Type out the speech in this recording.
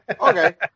Okay